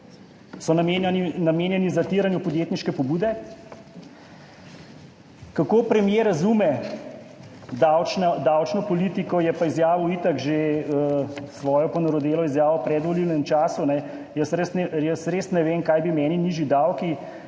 So namenjeni zatiranju podjetniške pobude? Kako premier razume davčno politiko, je pa izjavil itak že s svojo ponarodelo izjavo v predvolilnem času: »Jaz res ne vem, kaj bi meni nižji davki,